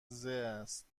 است